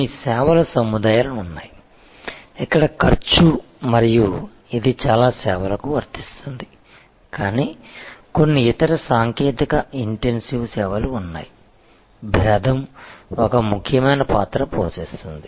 కొన్ని సేవల సముదాయాలు ఉన్నాయి ఇక్కడ ఖర్చు మరియు ఇది చాలా సేవలకు వర్తిస్తుంది కానీ కొన్ని ఇతర సాంకేతిక ఇంటెన్సివ్ సేవలు ఉన్నాయి భేదం ఒక ముఖ్యమైన పాత్ర పోషిస్తుంది